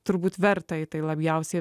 turbūt verta tai labiausiai